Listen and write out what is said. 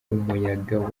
umuyaga